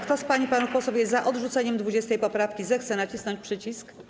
Kto z pań i panów posłów jest za odrzuceniem 20. poprawki, zechce nacisnąć przycisk.